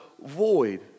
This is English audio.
void